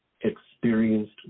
experienced